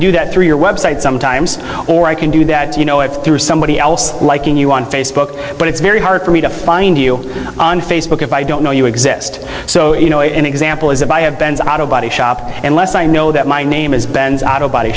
do that through your website sometimes or i can do that you know it through somebody else liking you on facebook but it's very hard for me to find you on facebook if i don't know you exist so you know an example is if i have ben's auto body shop unless i know that my name is ben's auto body